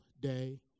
day